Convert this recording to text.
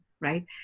Right